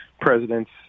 presidents